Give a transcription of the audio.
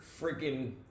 freaking